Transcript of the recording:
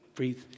breathe